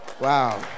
Wow